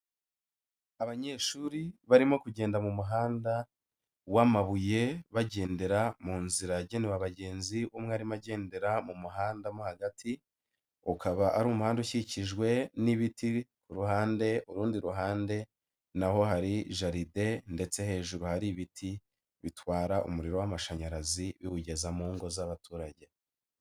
Abanyeshuri barimo kugenda mu muhanda w'amabuye bagendera mu nzira yagenewe abagenzi, umwe arimo agendera mu muhanda mo hagati, ukaba ari umuhanda ukikijwe n'ibiti uruhande, urundi ruhande na ho hari jaride ndetse hejuru hari ibiti bitwara umuriro w'amashanyarazi biwugeza mu ngo z'abaturage.